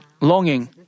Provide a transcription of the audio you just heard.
longing